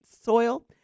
soil